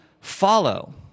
follow